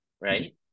right